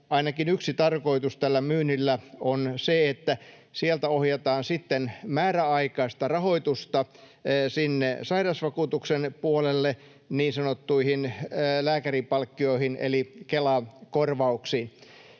ainakin yksi tarkoitus tällä myynnillä on se, että sieltä ohjataan sitten määräaikaista rahoitusta sinne sairausvakuutuksen puolelle niin sanottuihin lääkärinpalkkioihin eli Kela-korvauksiin.